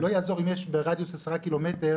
לא יעזור אם יש ברדיוס עשרה קילומטר,